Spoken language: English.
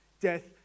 death